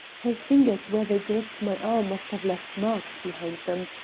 her fingers where they gripped my arm must have left marks behind them.